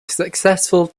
successful